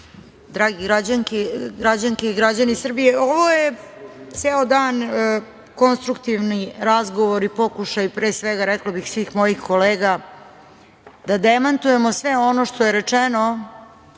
drage građanke i građani Srbije, ovo su ceo dan konstruktivni razgovori, pokušaji, pre svega, rekla bih, svih mojih kolega da demantujemo sve ono što je rečeno